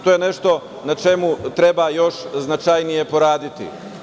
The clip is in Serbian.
To je nešto na čemu treba još značajnije poraditi.